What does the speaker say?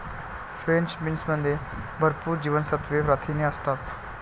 French बीन्समध्ये भरपूर जीवनसत्त्वे, प्रथिने असतात